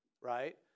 right